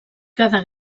cada